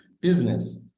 business